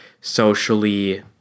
socially